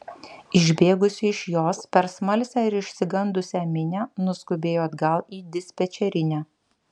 išbėgusi iš jos per smalsią ir išsigandusią minią nuskubėjo atgal į dispečerinę